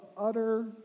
utter